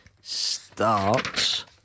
Starts